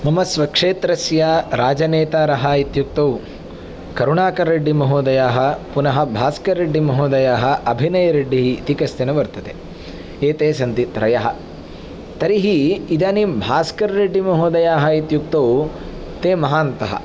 मम स्वक्षेत्रस्य राजनेतारः इत्युक्तौ करुणाकररेड्डीमहोदयाः पुनः भास्करेड्डीमहोदयाः अभिनयरेड्डी इति कश्चन वर्तते एते सन्ति त्रयः तर्हि इदानीं भास्कररेड्डीमहोदयाः इत्युक्तौ ते महान्तः